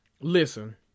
Listen